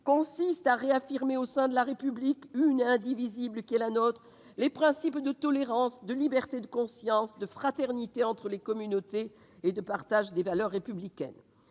consiste à réaffirmer, au sein de la République une et indivisible qui est la nôtre, les principes de tolérance, de liberté de conscience, de fraternité entre les communautés, et de partage des valeurs républicaines.